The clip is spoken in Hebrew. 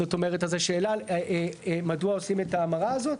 זאת אומרת, אז השאלה מדוע עושים את ההמרה הזאת.